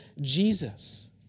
Jesus